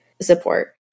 support